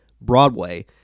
Broadway